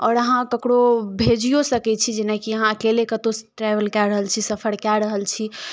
आओर अहाँ ककरो भेजियो सकै छी जेनाकि अहाँ अकेले कतौ ट्रैवल कए रहल छी सफर कए रहल छी